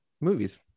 movies